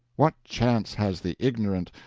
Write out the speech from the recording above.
what chance has the ignorant,